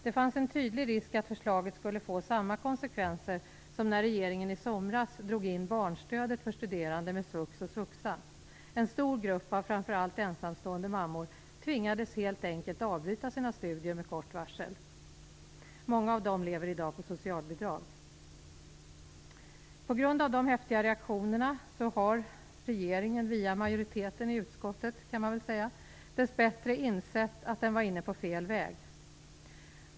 Det fanns en tydlig risk för att förslaget skulle få samma konsekvenser som när regeringen i somras drog in barnstödet för studerande med svux och svuxa. En stor grupp av framför allt ensamstående mammor tvingades helt enkelt avbryta sina studier med kort varsel. Många av dem lever i dag på socialbidrag. På grund av de häftiga reaktionerna har regeringen, via majoriteten i utskottet kan man väl säga, dess bättre insett att man var inne på fel väg.